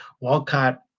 Walcott